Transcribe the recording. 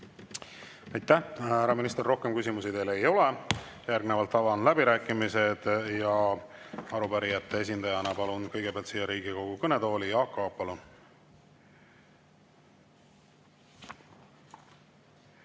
Aitäh, härra minister! Rohkem küsimusi teile ei ole. Järgnevalt avan läbirääkimised. Arupärijate esindajana palun kõigepealt siia Riigikogu kõnetooli Jaak Aabi.